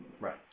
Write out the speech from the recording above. Right